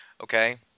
Okay